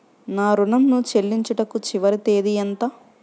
నా ఋణం ను చెల్లించుటకు చివరి తేదీ ఎంత?